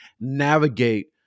navigate